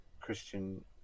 Christian